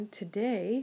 today